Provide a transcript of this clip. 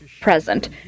present